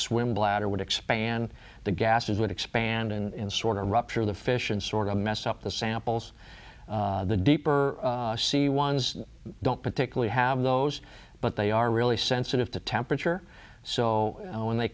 swim bladder would expand the gases would expand in sort of rupture the fish and sort of mess up the samples the deeper the ones don't particularly have those but they are really sensitive to temperature so when they